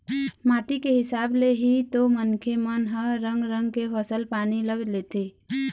माटी के हिसाब ले ही तो मनखे मन ह रंग रंग के फसल पानी ल लेथे